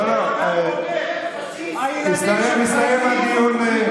לא, לא, הסתיים הדיון.